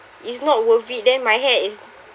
it's not worth it then my hair is